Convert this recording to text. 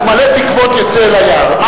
ומלא תקוות יצא אל היער.